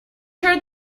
heard